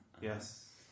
Yes